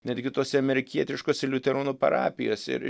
netgi tose amerikietiškose liuteronų parapijose ir